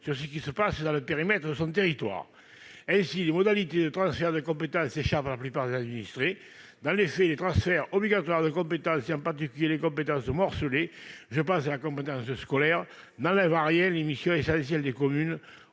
sur ce qui se passe dans le périmètre de la commune. Or les modalités de transfert de compétence échappent à la plupart des administrés. Dans les faits, les transferts obligatoires de compétences, et en particulier les compétences morcelées - je pense à la compétence scolaire -, n'enlèvent rien aux missions essentielles des communes